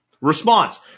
Response